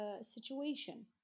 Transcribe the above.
situation